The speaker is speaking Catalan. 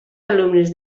alumnes